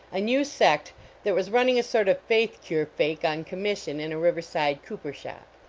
a new sect that was running a sort of faith-cure fake on commission in a river side cooper-shop.